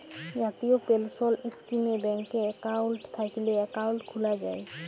জাতীয় পেলসল ইস্কিমে ব্যাংকে একাউল্ট থ্যাইকলে একাউল্ট খ্যুলা যায়